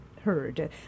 heard